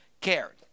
cared